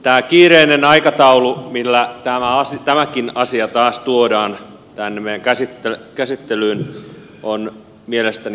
tämä kiireinen aikataulu millä tämäkin asia taas tuodaan tänne meidän käsittelyymme on mielestäni aika ihmeellistä